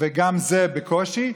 וגם זה בקושי,